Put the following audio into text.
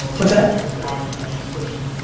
what's that? to why you keep pushing,